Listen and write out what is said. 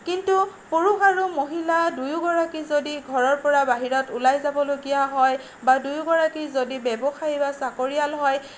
কিন্তু পুৰুষ আৰু মহিলা দুয়োগৰাকী যদি ঘৰৰ পৰা বাহিৰত ওলাই যাবলগীয়া হয় বা দুয়োগৰাকী যদি ব্যৱসায়ী বা চাকৰিয়াল হয়